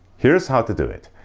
here's how to do it.